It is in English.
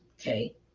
Okay